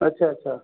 अच्छा अच्छा